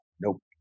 Nope